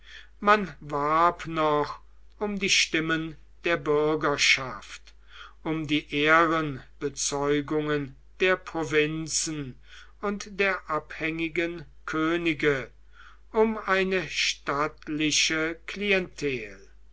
man warb noch um die stimmen der bürgerschaft um die ehrenbezeugungen der provinzen und der abhängigen könige um eine stattliche klientel